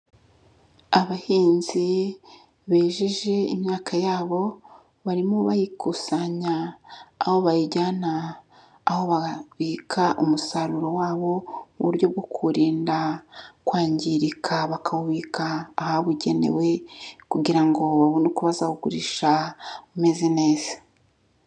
Abahinzi bejeje imyaka yabo barimo bayikusanya aho bayijyana aho babika umusaruro wabo mu buryo bwo kurinda kwangirika, bakawuka ahabugenewe kugira ngo babone uko bazawugurisha umeze neza.